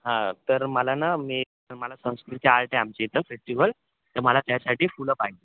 हां तर मला ना मी मला संस्कृती आर्ट आहे आमच्या इथं फेस्टिवल तर मला त्यासाठी फुलं पाहिजे